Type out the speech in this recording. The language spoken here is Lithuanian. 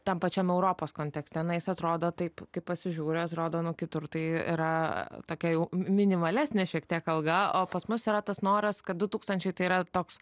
tam pačiam europos kontekste na jis atrodo taip kaip pasižiūri atrodo nu kitur tai yra tokia jau minimalesnė šiek tiek alga o pas mus yra tas noras kad du tūkstančiai tai yra toks